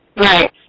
Right